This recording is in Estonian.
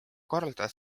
korraldada